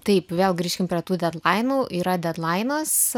taip vėl grįžkim prie tų dedlainų yra dedlainas